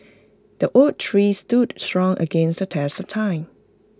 the oak tree stood strong against the test of time